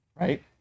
right